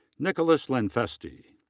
nicholas lenfestey.